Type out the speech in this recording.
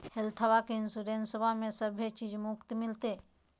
हेल्थबा के इंसोरेंसबा में सभे चीज मुफ्त मिलते?